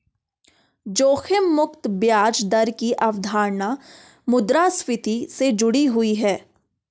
जोखिम मुक्त ब्याज दर की अवधारणा मुद्रास्फति से जुड़ी हुई है